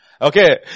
Okay